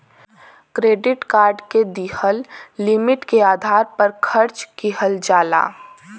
credit card में दिहल limit के आधार पर खर्च किहल जाला